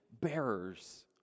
bearers